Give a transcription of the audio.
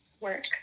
work